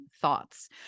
thoughts